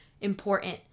important